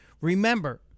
Remember